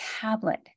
tablet